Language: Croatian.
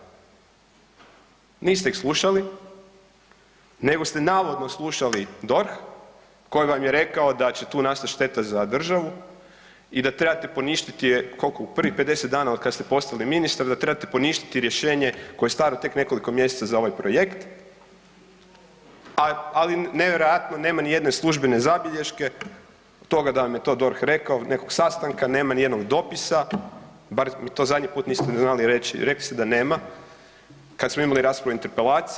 Niste ih slušali nego ste navodno slušali DORH koji vam je rekao da će tu nastat šteta za državu i da trebate poništit je, kolko, u prvih 50 dana otkad ste postali ministar da trebate poništiti rješenje koje je staro tek nekoliko mjeseca za ovaj projekt, a, ali nevjerojatno nema ni jedne službene zabilježbe toga da vam je to DORH rekao, nekog sastanka, nema nijednog dopisa, bar mi to zadnji put niste znali reći, rekli ste da nema kad smo imali raspravu o interpelaciji.